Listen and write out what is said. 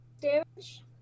Damage